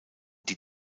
die